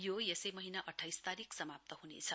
यो यसै महीना अठाइस तारीक समाप्त ह्नेछ